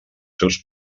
seus